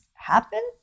Happen